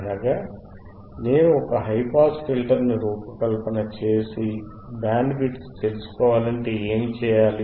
అనగా నేను ఒక హై ఫిల్టర్ ని రూపకల్పన చేసి బ్యాండ్ విడ్త్ తెలుసుకోవాలంటే ఏమిచేయాలి